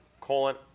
Colon